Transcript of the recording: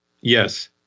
Yes